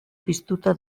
piztuta